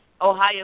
Ohio